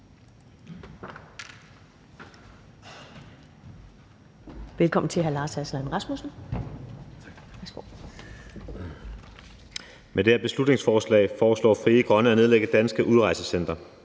(Ordfører) Lars Aslan Rasmussen (S): Tak. Med det her beslutningsforslag foreslår Frie Grønne at nedlægge danske udrejsecentre,